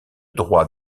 droit